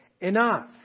enough